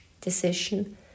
decision